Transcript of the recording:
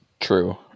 True